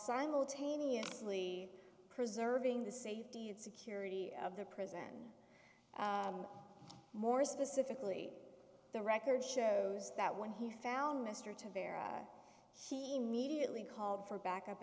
simultaneously preserving the safety and security of the prison more specifically the record shows that when he found mr to vera he immediately called for backup